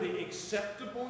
acceptable